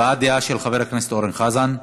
הבעת דעה של חבר הכנסת אורן חזן.